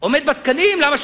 מה למדו בפיזיקה, בוא נראה?